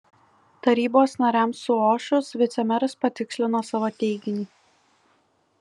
tarybos nariams suošus vicemeras patikslino savo teiginį